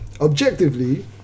objectively